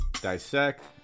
dissect